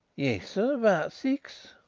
yes, sir. about six.